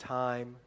time